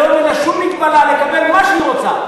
והיום אין לה שום מגבלה לקבל מה שהיא רוצה.